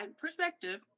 perspective